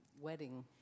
wedding